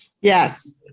yes